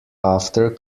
after